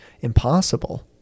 impossible